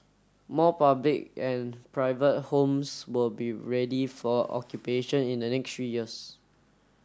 more public and private homes will be ready for occupation in the next three years